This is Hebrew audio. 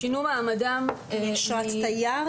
שינו מעמדם מאשרת תייר